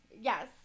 Yes